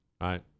right